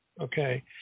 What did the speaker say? okay